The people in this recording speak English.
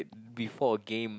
before a game